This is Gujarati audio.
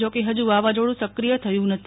જોકે ફજુ વાવાઝોડું સક્રિય થયું નથી